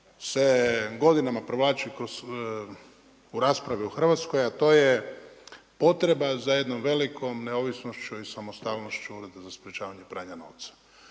se godinama provlači u raspravi u Hrvatskoj, a to je potreba za jednom velim neovisnošću i samostalnošću Ureda za sprječavanja pranja novca.